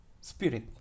spirit